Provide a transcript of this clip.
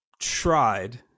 tried